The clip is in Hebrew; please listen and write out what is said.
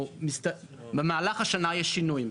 כלומר במהלך השנה יש שינויים.